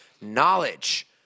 knowledge